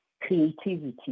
creativity